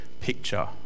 picture